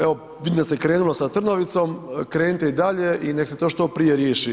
Evo vidim da se krenulo sa Trnovicom, krenite i dalje i nek se to što prije riješi.